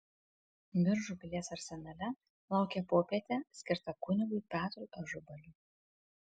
biržų pilies arsenale laukė popietė skirta kunigui petrui ažubaliui